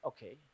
Okay